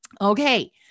Okay